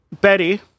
Betty